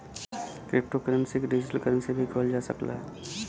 crypto currency के digital currency भी कहल जा सकला